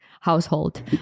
household